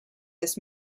this